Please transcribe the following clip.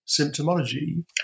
symptomology